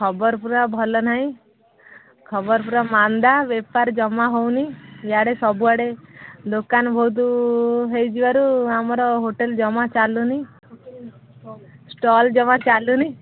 ଖବର ପୁରା ଭଲ ନାହିଁ ଖବର ପୁରା ମାନ୍ଦା ବେପାର ଜମା ହେଉନି ଇଆଡ଼େ ସବୁଆଡ଼େ ଦୋକାନ ବହୁତ ହୋଇଯିବାରୁ ଆମର ହୋଟେଲ ଜମା ଚାଲୁନି ଷ୍ଟଲ୍ ଜମା ଚାଲୁନି